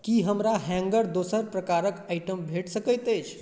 की हमरा हैंगर दोसर प्रकारक आइटम भेट सकैत अछि